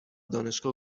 دانشگاه